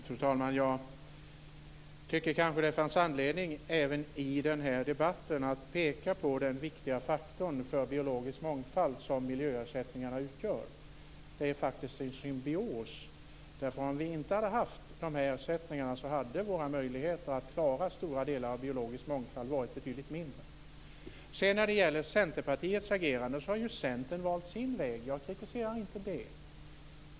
Fru talman! Jag tycker kanske att det fanns anledning att även i den här debatten peka på den viktiga faktor för biologisk mångfald som miljöersättningarna utgör. Det är faktiskt en symbios. Om vi inte hade haft de här ersättningarna hade våra möjligheter att klara stora delar av den biologiska mångfalden varit betydligt mindre. När det gäller Centerpartiets agerande har ju Centern valt sin väg. Jag kritiserar inte det.